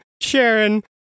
Sharon